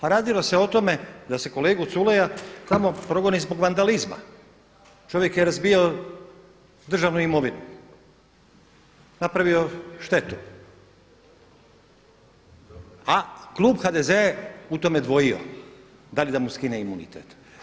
A radilo se o tome da se kolegu Culeja samo progoni zbog vandalizma, čovjek je razbijao državnu imovinu, napravio štetu a klub HDZ-a je u tome dvojio da li da mu skine imunitet.